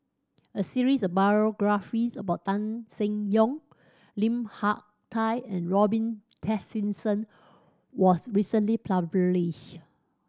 a series of biographies about Tan Seng Yong Lim Hak Tai and Robin Tessensohn was recently published